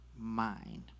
mind